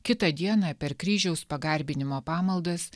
kitą dieną per kryžiaus pagarbinimo pamaldas